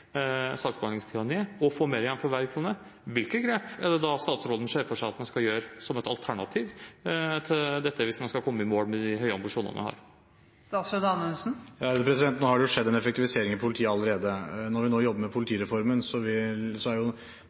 og få mer igjen for hver krone: Hvilke grep er det statsråden ser for seg at man skal gjøre som et alternativ til dette, hvis man skal komme i mål med de høye ambisjonene vi har? Nå har det jo skjedd en effektivisering i politiet allerede. Når vi nå jobber med politireformen,